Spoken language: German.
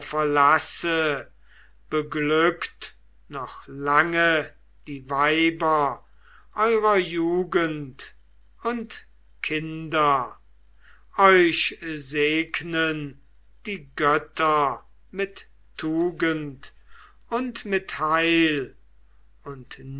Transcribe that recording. verlasse beglückt noch lange die weiber eurer jugend und kinder euch segnen die götter mit tugend und mit heil und